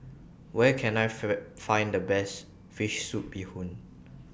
Where Can I Find The Best Fish Soup Bee Hoon